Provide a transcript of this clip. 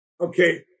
okay